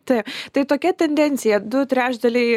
taip tai tokia tendencija du trečdaliai